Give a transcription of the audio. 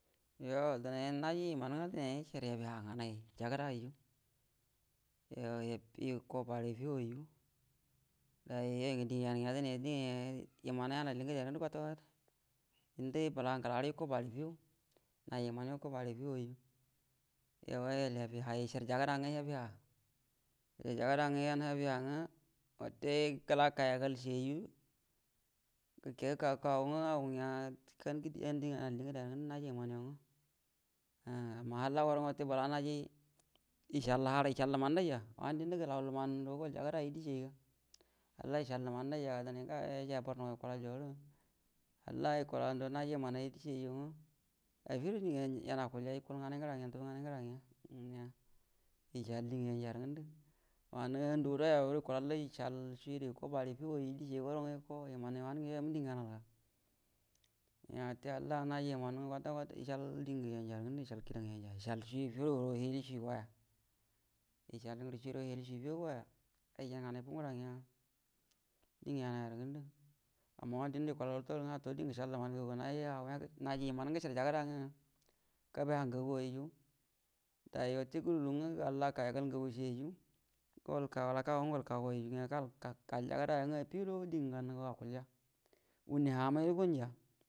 Yo dine naji iman nga dine ishar hibi ha nganai a jagada yaiju yo iko bare feu waiju dine iman yahal di ngədeyarə ngundə kwata-kwata dində bəla ngəlarə ako bare fou nai iman nga iko bare feuwaiju yauwa yol hibi ha siahr jagada nga yol hibi ha ishar jagada nga hibi ha nga wate gəlakka yagal shi yaiju gəkegə kagu-kagu nga ago nya yau di alli ngədeya naji iman yo nga ah amma halla haga bəla naji ishal haro ishal inanan daija wanə dində gəlau lumau do gol jagada yanju dishi yaiga halla ishal lumau dai jaga dincai ngayo yau yahaya boruce ga yukulayorə halla yukula hauduwa naji imnaiju dishiyai nga afido dingə yau akulya yukul nganai ngəra-yukul nganai ngəra yanga ishal dingə yanjarə ngundə wanə halla handuolo yaurə ishal shui də iko bare feu wairə dishi yain guro nga iko nya wate halla nay iman ishal diugə yanja ishal shu feu gura hibi shui goya ishal ngərə shuiro hili shui feu goya amma wanə dində yukula lartə ye dongə gəshal lumau ngaguga naji iman nga gəshar jagada nga kəbi ha ngagu waiju gol kagu waiju gallaka yugal ngaguwai shiju gol keguwaiju nya gal jagada yanga afido dingə gan akulya wuhni ha amaida gunja.